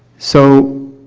so,